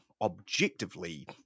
objectively